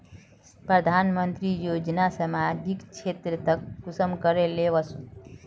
प्रधानमंत्री योजना सामाजिक क्षेत्र तक कुंसम करे ले वसुम?